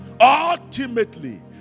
Ultimately